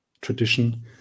tradition